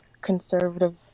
conservative